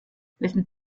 wessen